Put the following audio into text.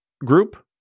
group